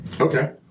okay